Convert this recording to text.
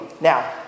Now